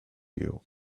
you